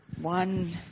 one